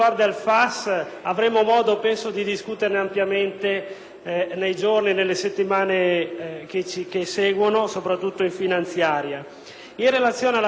Grazie.